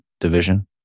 division